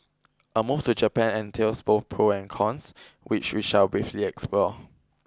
a move to Japan entails both pros and cons which we shall briefly explore